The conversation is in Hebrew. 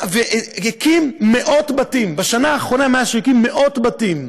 והקים מאות בתים.